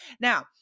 Now